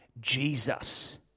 Jesus